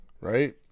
Right